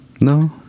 No